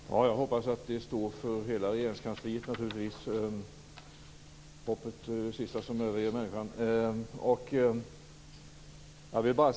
Fru talman! Jag hoppas naturligtvis att det står för hela Regeringskansliet. Hoppet är det sista som överger människan.